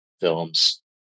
films